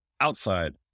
outside